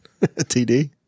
TD